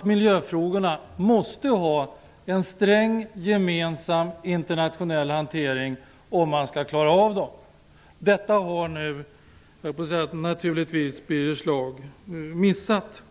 Miljöfrågorna måste ha en sträng gemensam internationell hantering om man skall klara av dem. Detta har nu - jag höll på att säga naturligtvis - Birger Schlaug missat.